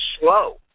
slow